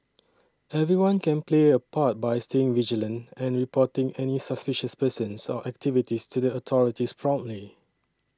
everyone can play a part by staying vigilant and reporting any suspicious persons or activities to the authorities promptly